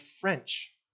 French